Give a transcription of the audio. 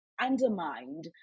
undermined